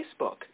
facebook